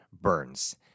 Burns